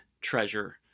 treasure